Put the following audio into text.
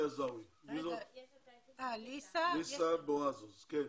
ליזה בואזוז, בבקשה.